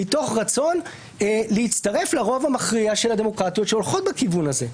מתוך רצון להצטרף לרוב המכריע של הדמוקרטיות שהולכות בכיוון הזה.